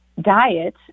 diet